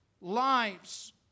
lives